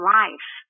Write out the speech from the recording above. life